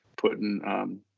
putting